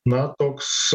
na toks